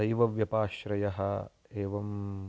दैवव्यपाश्रयः एवं